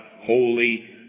holy